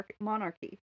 monarchy